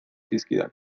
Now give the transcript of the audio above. zizkidan